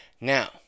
Now